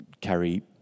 carry